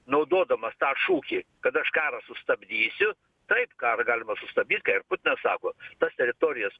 naudodamas tą šūkį kad aš karą sustabdysiu taip karą galima sustabdyt ką ir putinas sako tas teritorijas